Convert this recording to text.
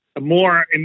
more